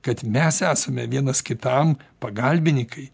kad mes esame vienas kitam pagalbininkai